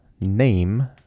Name